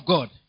God